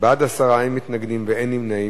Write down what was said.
אין מתנגדים ואין נמנעים.